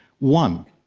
one,